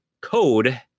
code